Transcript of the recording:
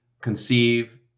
conceive